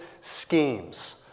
schemes